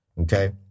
Okay